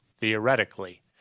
theoretically